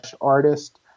artist